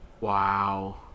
Wow